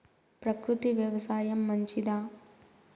ప్రకృతి వ్యవసాయం మంచిదా?